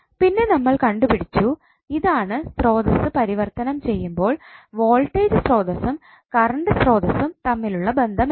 പിന്നെ നമ്മൾ കണ്ടുപിടിച്ചു ഇതാണ് സ്രോതസ്സ് പരിവർത്തനം ചെയ്യുമ്പോൾ വോൾട്ടേജ് സ്രോതസ്സും കറണ്ട് സ്രോതസ്സും തമ്മിലുള്ള ബന്ധം എന്ന്